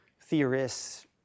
theorists